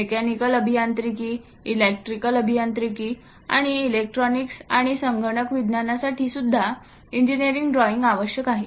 mechanical अभियांत्रिकी electrical अभियांत्रिकी आणि इलेक्ट्रॉनिक्स आणि संगणक विज्ञानासाठी सुद्धा इंजिनिअरिंग ड्रॉइंग आवश्यक आहे